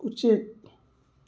ꯎꯆꯦꯛ